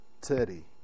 Teddy